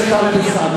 חבר הכנסת טלב אלסאנע,